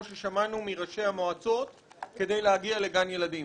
ששמענו מראשי המועצות כדי להגיע לגן ילדים.